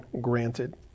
granted